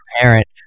parent